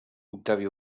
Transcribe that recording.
octavi